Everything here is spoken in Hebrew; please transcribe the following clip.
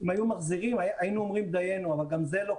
את לא היית פה